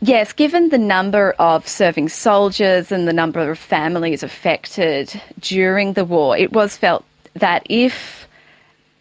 yes, given the number of serving soldiers and the number of families affected during the war, it was felt that if